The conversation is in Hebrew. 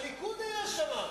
הליכוד היה שם.